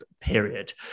period